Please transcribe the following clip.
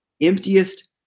emptiest